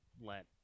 let